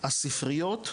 הספריות,